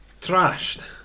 trashed